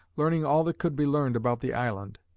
learning all that could be learned about the island.